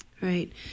right